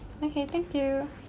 okay thank you